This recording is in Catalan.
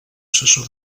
assessor